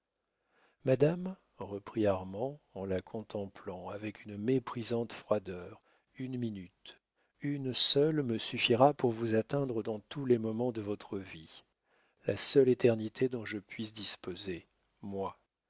madame reprit armand en la contemplant avec une méprisante froideur une minute une seule me suffira pour vous atteindre dans tous les moments de votre vie la seule éternité dont je puisse disposer moi